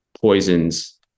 poisons